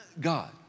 God